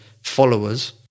followers